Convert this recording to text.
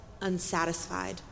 unsatisfied